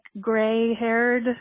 gray-haired